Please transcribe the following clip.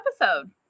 episode